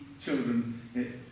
children